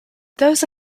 those